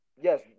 yes